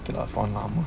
பண்ணலாம்:pannalam